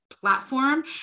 platform